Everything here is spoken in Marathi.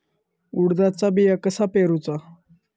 उडदाचा बिया कसा पेरूचा?